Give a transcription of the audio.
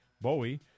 Bowie